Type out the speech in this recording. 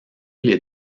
les